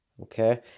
okay